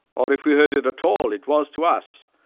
or, if we heard it at all, it was, to us,